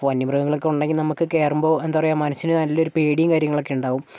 വന്യമൃഗങ്ങൾ ഒക്കെ ഉണ്ടെങ്കിൽ നമുക്ക് കയറുമ്പോൾ എന്താ പറയുക മനസ്സിന് നല്ലൊരു പേടിയും കാര്യങ്ങളൊക്കെ ഉണ്ടാകും